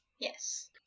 Yes